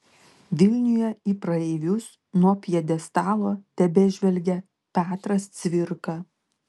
vilniuje į praeivius nuo pjedestalo tebežvelgia petras cvirka